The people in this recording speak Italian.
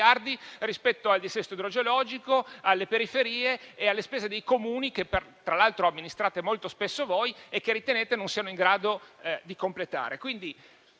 rispetto al dissesto idrogeologico, alle periferie e alle spese dei Comuni, che tra l'altro amministrate molto spesso voi e che ritenete non siano in grado di completare